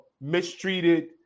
mistreated